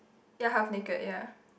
ya half naked ya